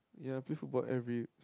ya play football every